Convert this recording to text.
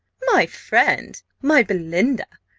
my friend! my belinda!